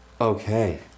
Okay